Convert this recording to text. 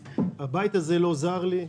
הבית הזה לא זר לי.